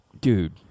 Dude